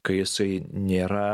kai jisai nėra